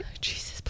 Jesus